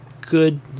good